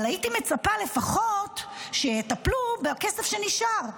אבל הייתי מצפה, לפחות, שיטפלו בכסף שנשאר.